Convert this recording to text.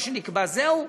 מה שנקבע וזהו,